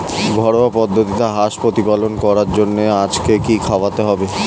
ঘরোয়া পদ্ধতিতে হাঁস প্রতিপালন করার জন্য আজকে কি খাওয়াতে হবে?